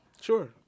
Sure